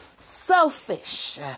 selfish